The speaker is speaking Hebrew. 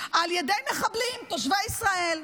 על ידי מחבלים תושבי ישראל,